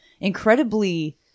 incredibly